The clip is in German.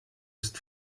ist